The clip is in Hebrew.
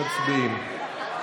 מצביעים.